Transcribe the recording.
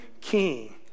king